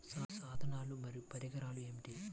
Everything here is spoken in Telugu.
సాధనాలు మరియు పరికరాలు ఏమిటీ?